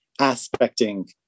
aspecting